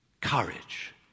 courage